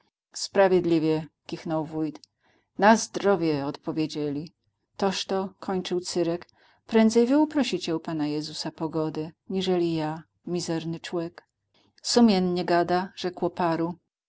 sprawiedliwie kichnął wójt na zdrowie odpowiedzieli toż to kończył cyrek prędzej wy uprosicie u pana jezusa pogodę niżeli ja mizerny człek sumiennie gada rzekło paru